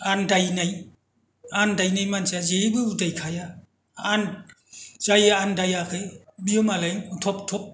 आन्दायनाय आन्दायनाय मानसिया जेबो उदायखाया आरो जाय आन्दायाखै बियो मालाय थब थब